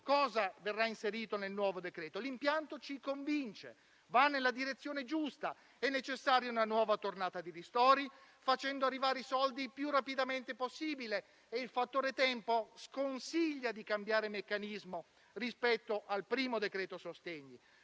cosa verrà inserito nel nuovo decreto. L'impianto ci convince perché va nella direzione giusta; è necessaria una nuova tornata di ristori, facendo arrivare i soldi il più rapidamente possibile. Il fattore tempo sconsiglia di cambiare meccanismo rispetto al primo decreto sostegni,